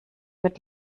mit